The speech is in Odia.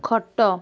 ଖଟ